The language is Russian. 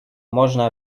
можно